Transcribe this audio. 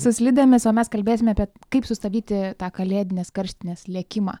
su slidėmis o mes kalbėsime apie kaip sustabdyti tą kalėdinės karštinės lėkimą